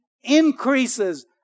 increases